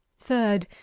third,